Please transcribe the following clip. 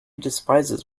despises